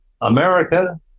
America